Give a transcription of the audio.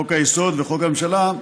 חוק-היסוד וחוק הממשלה,